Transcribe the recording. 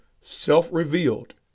self-revealed